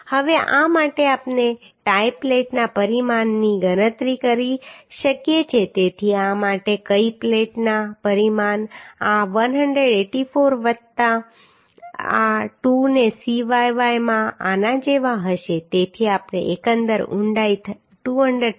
હવે આ માટે પણ આપણે ટાઈ પ્લેટના પરિમાણની ગણતરી કરી શકીએ છીએ તેથી આ માટે ટાઈ પ્લેટના પરિમાણ આ 184 વત્તા આ 2 ને Cyy માં આના જેવા હશે તેથી આપણે એકંદર ઊંડાઈ 231